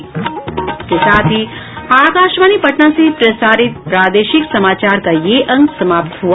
इसके साथ ही आकाशवाणी पटना से प्रसारित प्रादेशिक समाचार का ये अंक समाप्त हुआ